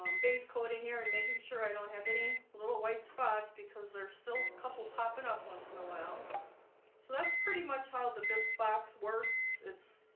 um base coating here and making sure i don't have any little white spots because there's still a couple popping up once in a while so that's pretty much how the bisque box works. it's